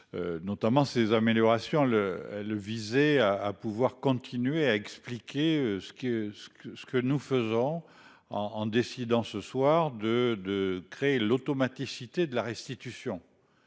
Notamment ces améliorations le le viser à à pouvoir continuer à expliquer ce que ce que ce que nous faisons en, en décidant ce soir de de créer l'automaticité de la restitution.